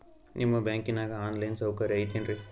ನಿಮ್ಮ ಬ್ಯಾಂಕನಾಗ online ಸೌಕರ್ಯ ಐತೇನ್ರಿ?